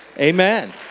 Amen